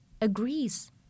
agrees